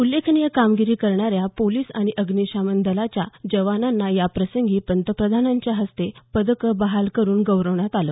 उल्लेखनीय कामगिरी करणाऱ्या पोलिस आणि अग्निशमन दलाच्या जवानांना याप्रसंगी पंतप्रधानांच्या हस्ते पदकं बहाल करून गौरवण्यात आलं